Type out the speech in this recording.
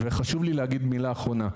וחשוב לי להגיד עוד מילה אחרונה.